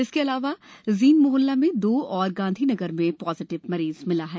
इसके अलावा जीन मोहल्ला में दो और गांधीनगर में पॉजिटिव मरीज मिला है